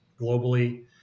globally